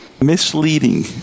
misleading